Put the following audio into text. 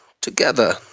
together